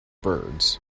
birds